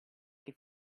che